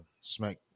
smack